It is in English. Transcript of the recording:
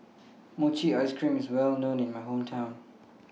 Mochi Ice Cream IS Well known in My Hometown